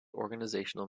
organizational